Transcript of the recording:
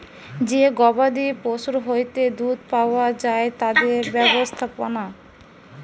যে গবাদি পশুর হইতে দুধ পাওয়া যায় তাদের ব্যবস্থাপনা